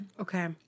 Okay